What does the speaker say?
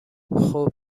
خوب